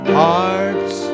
hearts